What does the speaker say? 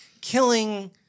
killing